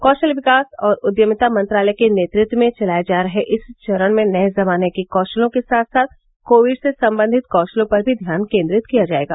कौशल विकास और उद्यमिता मंत्रालय के नेतृत्व में चलाए जा रहे इस चरण में नए जमाने के कौशलों के साथ साथ कोविड से संबंधित कौशलों पर भी ध्यान केंद्रित किया जाएगा